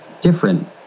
different